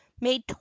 made